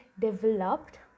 developed